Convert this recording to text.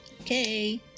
Okay